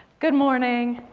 good morning.